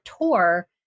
tour